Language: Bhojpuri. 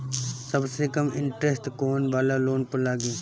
सबसे कम इन्टरेस्ट कोउन वाला लोन पर लागी?